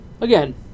again